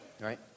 right